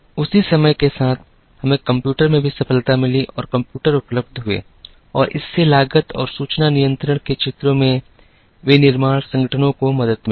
उसी समय के साथ हमें कंप्यूटर में भी सफलता मिली और कंप्यूटर उपलब्ध हुए और इससे लागत और सूचना नियंत्रण के क्षेत्रों में विनिर्माण संगठनों को मदद मिली